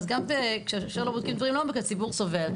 אז גם כשאפשר להוריד את הדברים לעומק אז הציבור סובל,